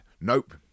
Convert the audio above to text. Nope